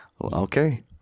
Okay